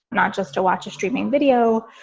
not just to watch a streaming video,